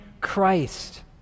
Christ